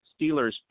Steelers